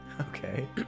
Okay